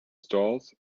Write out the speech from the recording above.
stalls